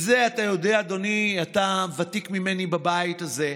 זה, אתה יודע, אדוני, אתה ותיק ממני בבית הזה,